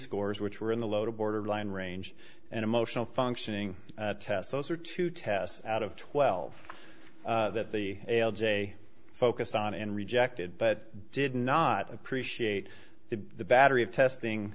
scores which were in the low to borderline range and emotional functioning test those are two tests out of twelve that the a l j focused on and rejected but did not appreciate the battery of testing